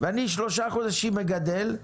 שלושה חודשים אני מגדל,